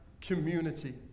community